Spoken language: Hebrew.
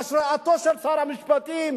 בהשראתו של שר המשפטים,